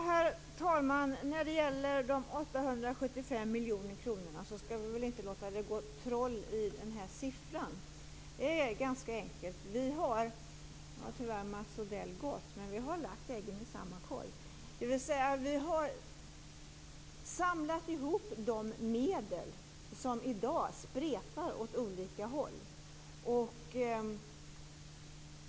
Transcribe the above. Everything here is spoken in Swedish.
Herr talman! När det gäller de 875 miljoner kronorna skall vi väl inte låta det gå troll i den siffran. Det är ganska enkelt. Nu har tyvärr Mats Odell gått, men mitt svar är: Vi har lagt äggen i samma korg. Vi har samlat ihop de medel som i dag spretar åt olika håll.